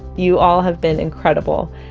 you all have been incredible.